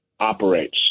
operates